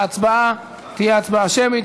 ההצבעה תהיה הצבעה שמית.